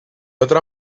otra